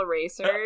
erasers